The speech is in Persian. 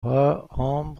هام